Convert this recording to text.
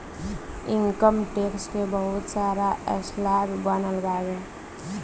income tax के बहुत सारा स्लैब बनल बावे